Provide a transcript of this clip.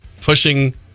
pushing